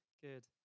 Good